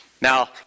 Now